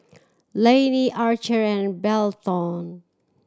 Layne Archer and Belton